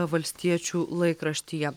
valstiečių laikraštyje